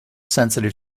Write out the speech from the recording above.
sensitive